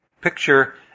picture